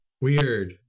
Weird